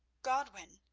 godwin,